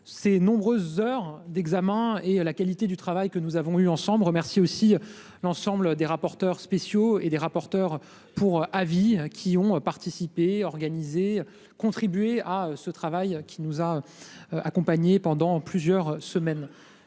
ses nombreuses heures d'examen et la qualité du travail que nous avons eue ensemble remercier aussi l'ensemble des rapporteurs spéciaux et des rapporteurs pour avis qui ont participé organisée. Contribuer à ce travail qui nous a. Accompagnés pendant plusieurs semaines.